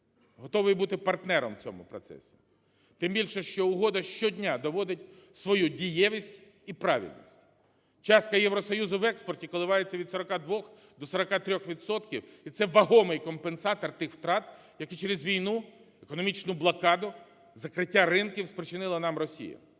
Готовий бути партнером в цьому процесі. Тим більше, що угода щодня доводить свою дієвість і правильність. Частка Євросоюзу в експорті коливається від 42 до 43 відсотків, і це вагомий компенсатор тих втрат, які через війну, економічну блокаду, закриття ринків спричинила нам Росія.